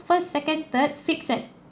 first second third fix at